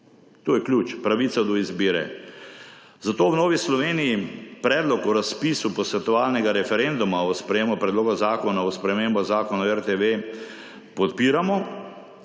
To je ključ − pravica do izbire. Zato v Novi Sloveniji Predlog o razpisu posvetovalnega referenduma o sprejemu Predloga zakona o spremembah Zakona o